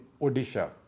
Odisha